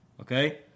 okay